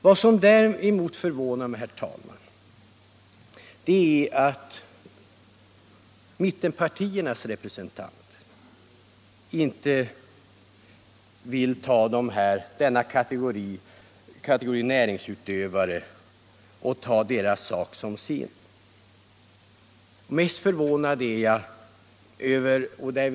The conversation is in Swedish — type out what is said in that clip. Vad som däremot förvånar mig är att mittenpartiernas representanter inte vill göra denna kategori näringsutövares sak till sin. Mest förvånad är jag över vännerna i centern.